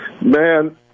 Man